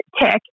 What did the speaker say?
tick